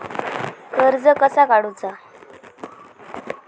कर्ज कसा काडूचा?